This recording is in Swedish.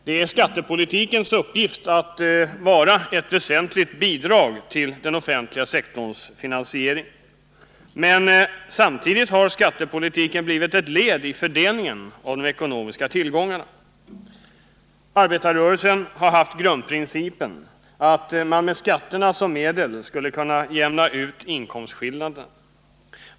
Det är skattepolitikens uppgift att vara ett väsentligt bidrag till den offentliga sektorns finansiering. Men samtidigt har skattepolitiken blivit ett led i fördelningen av de ekonomiska tillgångarna. Arbetarrörelsen har haft grundprincipen att man med skatterna som medel skulle kunna jämna ut inkomstskillnaderna.